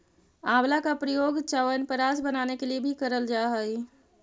आंवला का प्रयोग च्यवनप्राश बनाने के लिए भी करल जा हई